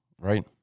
Right